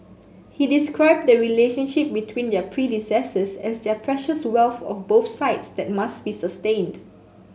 he described the relationship between their predecessors as their precious wealth of both sides that must be sustained